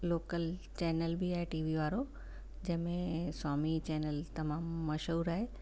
local channel बि आहे T V वारो जंहिंमें स्वामी चैनल तमामु मशहूरु आहे